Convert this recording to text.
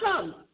come